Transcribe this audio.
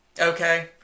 Okay